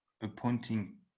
appointing